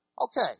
Okay